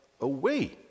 away